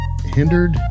hindered